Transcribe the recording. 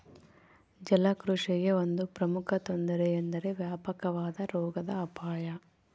ಜಲಕೃಷಿಗೆ ಒಂದು ಪ್ರಮುಖ ತೊಂದರೆ ಎಂದರೆ ವ್ಯಾಪಕವಾದ ರೋಗದ ಅಪಾಯ